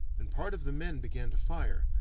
and part of the men began to fire,